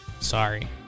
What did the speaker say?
Sorry